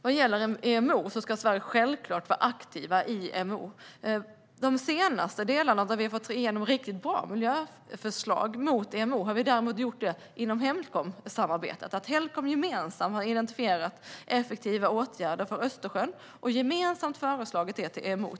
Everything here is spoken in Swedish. Vad gäller IMO ska Sverige självklart vara aktivt i IMO. De senaste riktigt bra miljöförslag som vi har fått igenom har vi däremot fått fram inom Helcomsamarbetet. Helcom har identifierat effektiva åtgärder för Östersjön och gemensamt föreslagit dem till IMO.